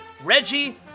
Reggie